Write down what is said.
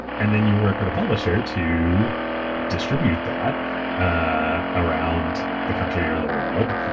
and then, you work with a publisher to distribute that ah around the country or the world.